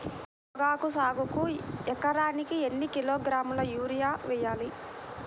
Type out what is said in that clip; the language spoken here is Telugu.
పొగాకు సాగుకు ఎకరానికి ఎన్ని కిలోగ్రాముల యూరియా వేయాలి?